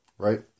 Right